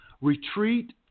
retreat